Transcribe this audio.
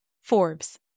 Forbes